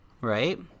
Right